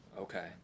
Okay